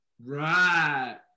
Right